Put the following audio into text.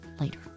Later